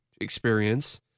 experience